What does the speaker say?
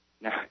Now